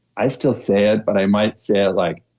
i still say it, but i might say it like,